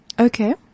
Okay